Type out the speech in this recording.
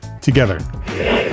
together